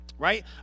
right